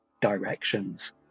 directions